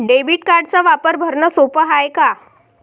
Debit कार्डचा वापर भरनं सोप हाय का?